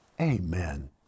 amen